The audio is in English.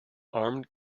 armed